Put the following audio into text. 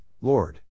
Lord